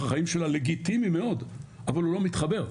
החיים שלה הוא לגיטימי מאוד אבל הוא לא מתחבר.